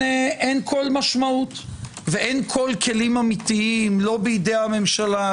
כל משמעות וכל כלים אמיתיים לא בידי הממשלה,